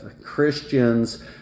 Christians